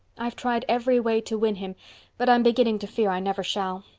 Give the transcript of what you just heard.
i've tried every way to win him but i'm beginning to fear i never shall.